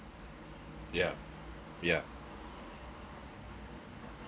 yeah yeah